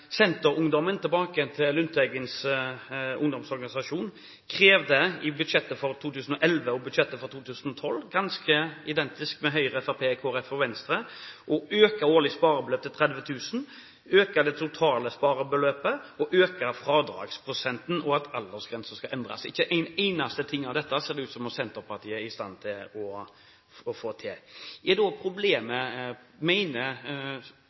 Senterungdommen, Lundteigens ungdomsorganisasjon, krevde i budsjettet for 2011 og i budsjettet for 2012 – ganske identisk med Høyre, Fremskrittspartiet, Kristelig Folkeparti og Venstre – å øke årlig sparebeløp til 30 000 kr, å øke det totale sparebeløpet og øke fradragsprosenten, og at aldersgrensen skal endres. Ikke en eneste ting av dette ser det ut til at Senterpartiet er i stand til å få til. Mener Lundteigen at problemet ikke lenger er Senterpartiet, men at det